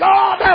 God